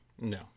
No